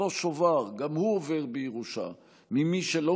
אותו שובר גם הוא עובר בירושה ממי שלא